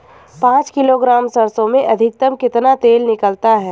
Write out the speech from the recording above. पाँच किलोग्राम सरसों में अधिकतम कितना तेल निकलता है?